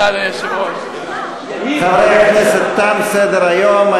חברי הכנסת, תם סדר-היום.